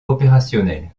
opérationnelle